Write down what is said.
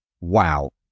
wow